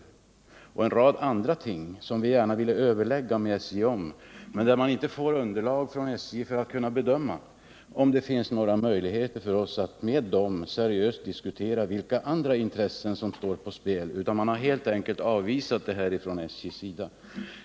Det är en rad andra ting som vi gärna ville överlägga med SJ om, men vi får inte underlag från SJ för att kunna bedöma om det finns några möjligheter för oss att med SJ seriöst diskutera vilka andra intressen som står på spel, utan man har helt enkelt avvisat detta från SJ:s sida.